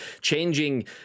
Changing